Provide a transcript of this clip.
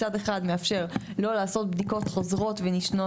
מצד אחד לא לעשות בדיקות חוזרות ונשנות